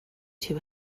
too